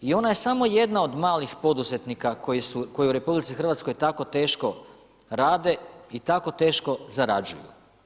I ona je samo jedna od malih poduzetnika koji u RH tako teško rade i tako teško zarađuju.